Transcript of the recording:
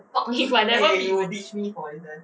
and you will ditch me for intern